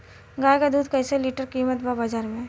गाय के दूध कइसे लीटर कीमत बा बाज़ार मे?